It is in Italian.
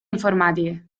informatiche